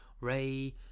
Ray